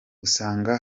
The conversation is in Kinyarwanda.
usanga